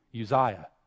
Uzziah